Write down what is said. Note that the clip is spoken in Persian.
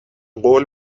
قول